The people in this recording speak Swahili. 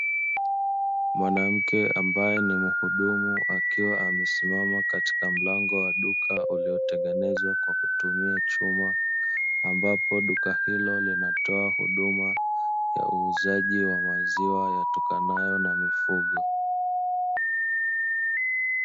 Mwanamke ambae ni muhudumu akiwa amesimama katika mlango wa duka uliotengenezwa kwa kutumia chuma, ambapo duka hilo linatoa huduma za uuzaji wa maziwa yatokanayo na mifugo.